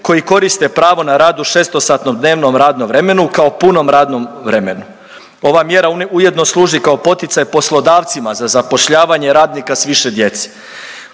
koji koriste pravo na rad u šestosatnom dnevnom radnom vremenu kao punom radnom vremenu. Ova mjera ujedno služi kao poticaj poslodavcima za zapošljavanje radnika s više djece.